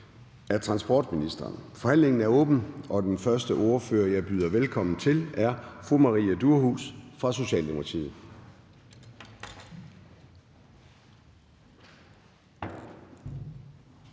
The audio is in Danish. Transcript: (Søren Gade): Forhandlingen er åbnet, og den første ordfører, jeg byder velkommen til, er fru Maria Durhuus fra Socialdemokratiet.